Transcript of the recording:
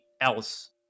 else